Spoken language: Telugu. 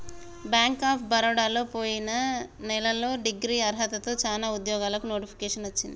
బ్యేంక్ ఆఫ్ బరోడలో పొయిన నెలలో డిగ్రీ అర్హతతో చానా ఉద్యోగాలకు నోటిఫికేషన్ వచ్చింది